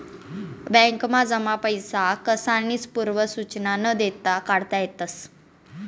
बॅकमा जमा पैसा कसानीच पूर्व सुचना न देता काढता येतस